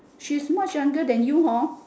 she is much younger than you hor